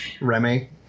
Remy